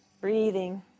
breathing